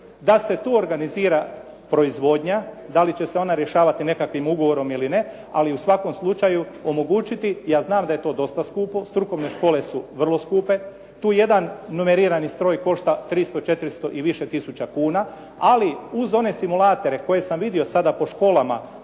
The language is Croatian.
da se tu organizira proizvodnja, da li će se ona rješavati nekakvim ugovorom ili ne ali u svakom slučaju omogućiti. Ja znam da je to dosta skupo, strukovne škole su vrlo skupe. Tu jedan numerirani stroj košta 300-400 i više tisuća kuna ali uz one simulatore koje sam vidio sada po školama